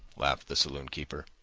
laughed the saloon-keeper.